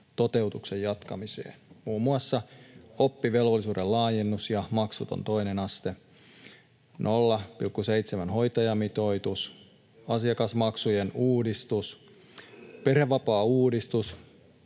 toteutuksen jatkamiseen: Muun muassa oppivelvollisuuden laajennus ja maksuton toinen aste, 0,7:n hoitajamitoitus, asiakasmaksujen uudistus, perhevapaauudistus.